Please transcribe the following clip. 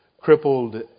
Crippled